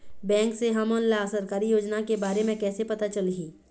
Bank से हमन ला सरकारी योजना के बारे मे कैसे पता चलही?